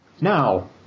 Now